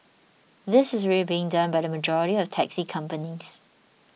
this is already being done by the majority of taxi companies